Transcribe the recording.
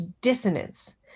dissonance